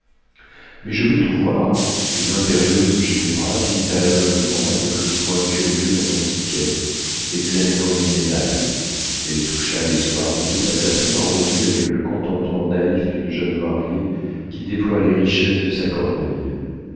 mais je veux tout voir et l'impérieuse ginevra visita l'ameublement avec le soin curieux d'un antiquaire examinant une médaille elle toucha les soieries et passa tout en revue avec le contentement naïf d'une jeune mariée qui déploie les richesses de sa corbeille